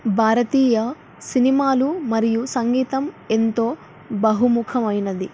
భారతీయ సినిమాలు మరియు సంగీతం ఎంతో బహుముఖమైనది